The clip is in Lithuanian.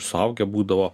suaugę būdavo